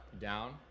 Down